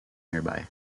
nearby